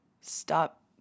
Stop